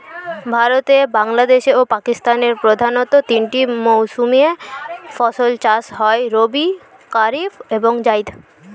ভারতে, বাংলাদেশ ও পাকিস্তানের প্রধানতঃ তিনটি মৌসুমে ফসল চাষ হয় রবি, কারিফ এবং জাইদ